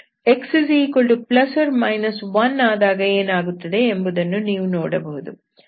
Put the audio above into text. x±1 ಆದಾಗ ಏನಾಗುತ್ತದೆ ಎಂಬುದನ್ನು ನೀವು ನೋಡಬಹುದು